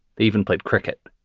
even played cricket.